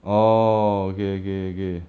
orh okay okay okay